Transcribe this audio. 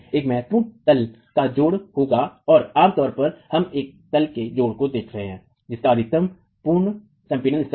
एक महत्वपूर्ण तल का जोड़ होगा और आम तौर पर हम तल के जोड़ को देख रहे हैं जिसका अधिकतम पूर्व संपीड़न स्तर है